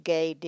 Gay